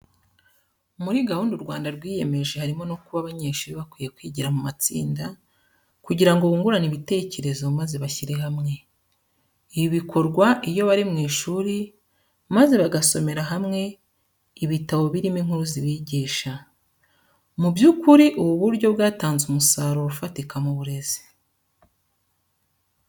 Muri gahunda u Rwanda rwiyemeje, harimo no kuba abanyeshuri bakwiye kwigira mu matsinda kugira ngo bungurane ibitekerezo maze bashyire hamwe. Ibi bikorwa iyo bari mu ishuri maze bagasomera hamwe ibitabo birimo inkuru zibigisha. Mu by'ukuri ubu buryo bwatanze umusaruro ufatika mu burezi.